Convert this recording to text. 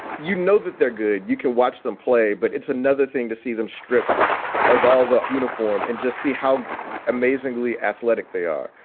you know that they're good. you can watch them play. but it's another thing to see them stripped of all the uniform and just see how amazingly athletic they are.